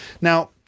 Now